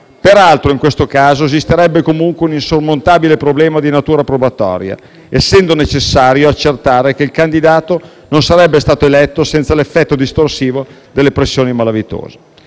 Peraltro, in questo caso esisterebbe comunque un insormontabile problema di natura probatoria, essendo necessario accertare che il candidato non sarebbe stato eletto senza l'effetto distorsivo delle pressioni malavitose.